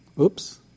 oops